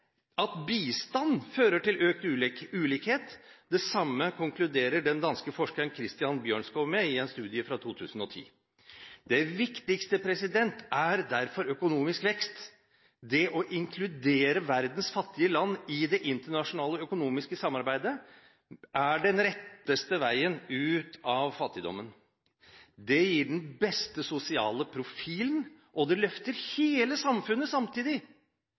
at bistand fører til økt ulikhet. Det samme konkluderer den danske forskeren Christian Bjørnskov med i en studie fra 2010. Det viktigste er derfor økonomisk vekst. Det å inkludere verdens fattige land i det internasjonale økonomiske samarbeidet er den retteste veien ut av fattigdommen. Det gir den beste sosiale profilen, og det løfter hele samfunnet samtidig.